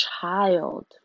child